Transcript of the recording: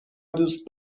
دوست